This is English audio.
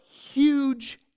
huge